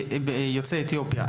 שתהיה זהה למדיניות כלפי יוצאי אתיופיה.